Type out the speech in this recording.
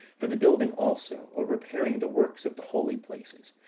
for the building also, or repairing the works of the holy places,